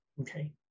Okay